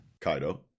Kaido